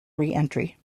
reentry